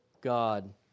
God